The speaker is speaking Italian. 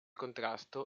contrasto